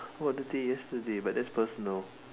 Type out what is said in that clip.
what you did yesterday but that's personal